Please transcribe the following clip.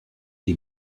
die